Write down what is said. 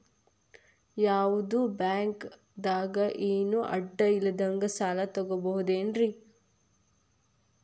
ಯಾವ್ದೋ ಬ್ಯಾಂಕ್ ದಾಗ ಏನು ಅಡ ಇಲ್ಲದಂಗ ಸಾಲ ತಗೋಬಹುದೇನ್ರಿ?